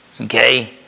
Okay